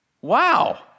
Wow